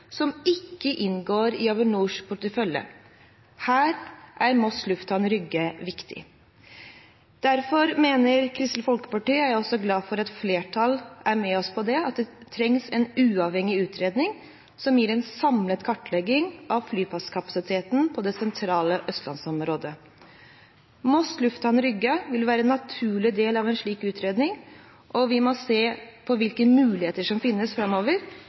som ikke inngår i Avinors portefølje. Her er Moss Lufthavn Rygge viktig. Derfor mener Kristelig Folkeparti – og jeg er også glad for at et flertall er med oss på det – at det trengs en uavhengig utredning som gir en samlet kartlegging av flyplasskapasiteten i det sentrale østlandsområdet. Moss Lufthavn Rygge vil være en naturlig del av en slik utredning, og vi må se på hvilke muligheter som finnes framover,